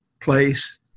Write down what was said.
place